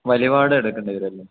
വഴിപാട് എടുക്കേണ്ടി വരുല്ലേ